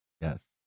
Yes